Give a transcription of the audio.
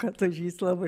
kad ožys labai